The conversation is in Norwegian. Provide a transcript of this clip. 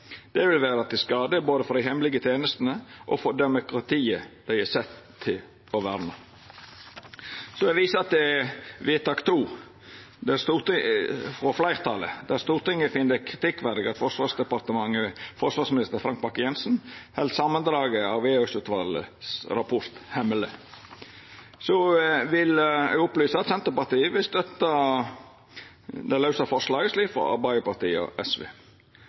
Det vil vera til skade både for dei hemmelege tenestene og for demokratiet dei er sette til å verna. Eg viser til vedtak II, der Stortinget finn det kritikkverdig at forsvarsminister Frank Bakke-Jensen held samandraget av EOS-utvalets rapport hemmeleg. Eg vil opplysa at Senterpartiet vil støtta det lause forslaget frå Arbeidarpartiet og SV.